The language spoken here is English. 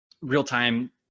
real-time